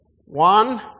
One